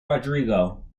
rodrigo